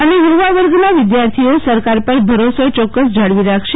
અને યુવા વર્ગના વિદ્ય ાર્થિઓ સરકાર પર ભરોસો ચોકકસ જાળવી રાખશે